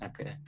okay